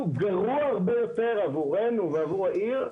גרוע הרבה יותר עבורנו ועבור העיר,